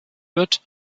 wird